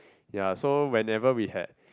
ya so whenever we had